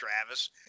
Travis